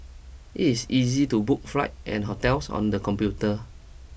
it is easy to book flight and hotels on the computer